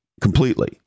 completely